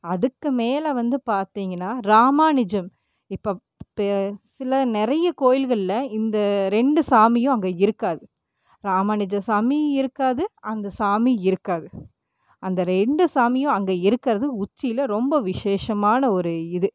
அதுக்கு மேலே வந்து பார்த்தீங்கனா ராமானுஜம் இப்போ பே சில நிறைய கோவில்கள்ல இந்த ரெண்டு சாமியும் அங்கே இருக்காது ராமானுஜம் சாமியும் இருக்காது அந்த சாமி இருக்காது அந்த ரெண்டு சாமியும் அங்கே இருக்கிறது உச்சியில் ரொம்ப விசேஷமான ஒரு இது